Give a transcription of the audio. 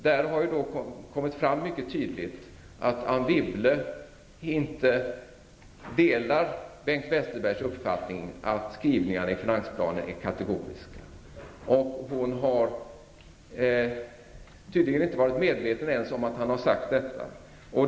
Där har det kommit fram mycket tydligt att Anne Wibble inte delar Bengt Westerbergs uppfattning att skrivningarna i finansplanen är kategoriska. Hon har tydligen inte varit medveten om att han har sagt det.